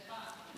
סליחה.